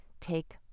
take